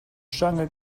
jungle